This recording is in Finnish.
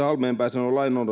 halmeenpää sanoi lain